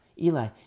Eli